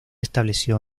estableció